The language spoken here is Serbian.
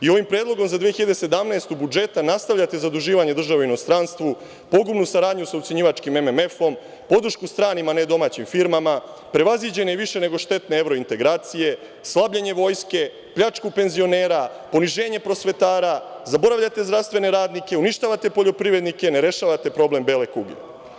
I, ovim predlogom za 2017. godinu budžeta nastavljate zaduživanje države inostranstvu, pogubnu saradnju sa ucenjivačkim MMF, podršku stranim, a ne domaćim firmama, prevaziđene više nego štetne evorintegracije, slabljenje vojske, pljačku penzionera, poniženje prosvetara, zaboravljate zdravstvene radnike, uništavate poljoprivrednike, ne rešavate problem bele kuge.